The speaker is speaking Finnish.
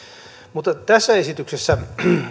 mutta tässä esityksessä